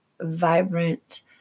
vibrant